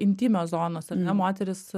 intymios zonos ar ne moterys